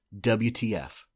WTF